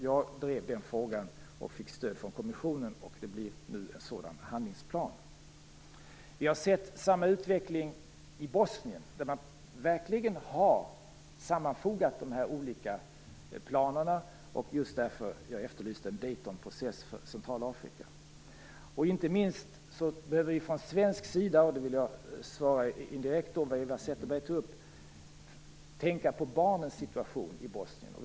Jag drev frågan och fick stöd från kommissionen, och det blir nu en sådan handlingsplan. Vi har sett samma utveckling i Bosnien, där man verkligen har sammanfogat de här olika planerna. Just därför efterlyste jag en Daytonprocess för Centralafrika. Inte minst behöver vi från svensk sida - det vill jag säga som ett indirekt svar på vad Eva Zetterberg tog upp - tänka på barnens situation i Bosnien.